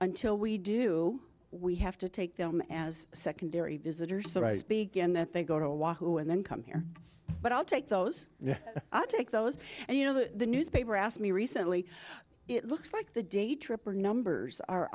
until we do we have to take them as secondary visitors or as begin that they go to a wahoo and then come here but i'll take those yeah i'll take those and you know the newspaper asked me recently it looks like the day tripper numbers are